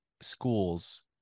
schools